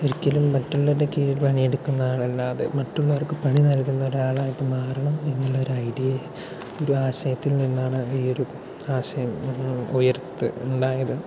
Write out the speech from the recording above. ഒരിക്കലും മറ്റുള്ളവരുടെ കീഴിൽ പണിയെടുക്കുന്ന ആൾ അല്ലാതെ മറ്റുള്ളവർക്ക് പണി നൽകുന്ന ഒരാളായിട്ട് മാറണം എന്നുള്ളൊര് ഐഡിയ ഒരാശയത്തിൽ നിന്നാണ് ഈ ഒരു ആശയം ഉയർത്ത് ഉണ്ടായത്